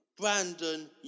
Brandon